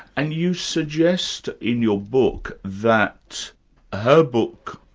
and you suggest in your book that her book,